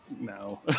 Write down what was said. no